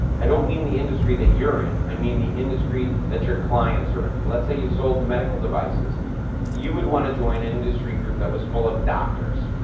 i don't mean the industry that you're in. i mean the industry that your clients are in. but let's say you sold medical devices you would wanna join an industry group that was full of doctors.